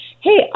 hey